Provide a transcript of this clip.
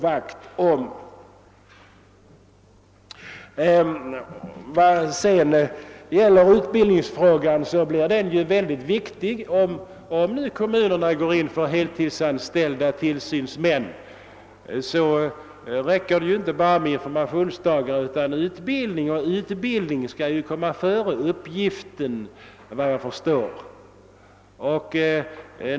Jag vill tillägga att utbildningsfrågan blir mycket viktig, om kommunerna går in för heltidsanställda tillsynsmän. Då räcker det inte bara med informationsdagar, utan det fordras ordentlig utbildning innan dessa befattningshavare påbörjar sina uppgifter.